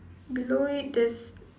below it there's